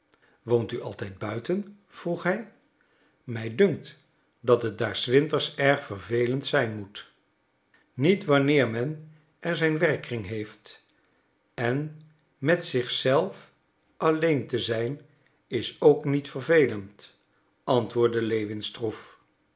woont u altijd buiten vroeg hij mij dunkt dat het daar s winters erg vervelend zijn moet niet wanneer men er zijn werkkring heeft en met zich zelf alleen te zijn is ook niet vervelend antwoordde lewin stroef